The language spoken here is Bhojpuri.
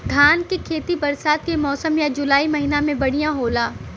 धान के खेती बरसात के मौसम या जुलाई महीना में बढ़ियां होला?